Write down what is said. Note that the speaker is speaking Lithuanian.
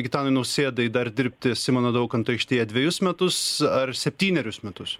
gitanui nausėdai dar dirbti simono daukanto aikštėje dvejus metus ar septynerius metus